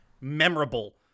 memorable